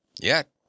Yet